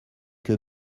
que